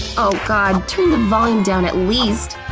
oh god! turn the volume down at least!